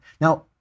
Now